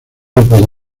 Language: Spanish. grupos